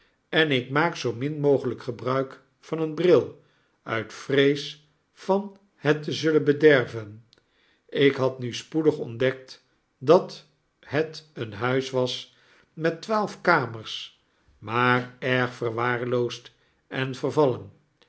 en ikmaak zoo min mogelyk gebruik van een bril uit vrees van het te zullen bederven ik hadnuspoedig ontdekt dat het een huis was met twaalf kamers maar erg verwaarloosd en vervallen